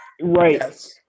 right